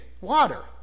water